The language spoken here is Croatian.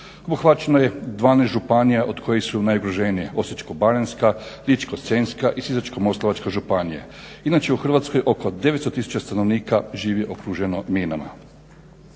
Obuhvaćeno je 12 županija od kojih su najugroženije Osječko-baranjska, Ličko-senjska i Sisačko-moslavačka županija. Inače u Hrvatskoj oko 900 000 stanovnika živi okruženo minama.